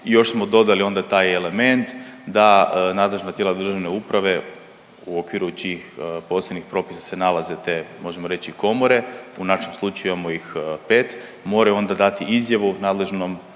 i još smo dodali onda taj element da nadležna tijela državne uprave u okviru čijih posebnih propisa se nalaze te, možemo reći komore, u našem slučaju, imamo ih 5, moraju onda dati izjavu nadležnom